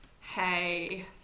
hey